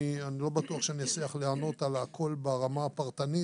אני לא בטוח שאני אצליח לענות על הכול ברמה הפרטנית.